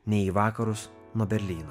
ne į vakarus nuo berlyno